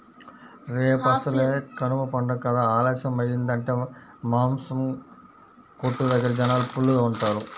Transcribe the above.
రేపసలే కనమ పండగ కదా ఆలస్యమయ్యిందంటే మాసం కొట్టు దగ్గర జనాలు ఫుల్లుగా ఉంటారు